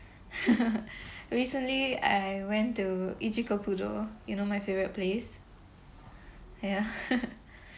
recently I went to Ichikokudo you know my favourite place ya